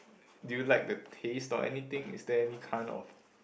do you like the taste or anything is there any kind of